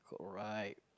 alright